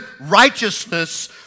righteousness